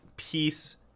peace